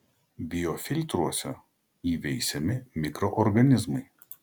biofiltruose įveisiami mikroorganizmai